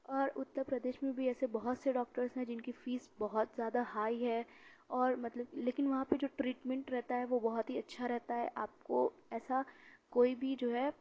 اور اُترپردیش میں بھی ایسے بہت سے ڈاکٹرس ہیں جِن کی فِیس بہت زیادہ ہائی ہے اور مطلب لیکن وہاں پہ جو ٹریٹمینٹ رہتا ہے وہ بہت ہی اچھا رہتا ہے آپ کو ایسا کوئی بھی جو ہے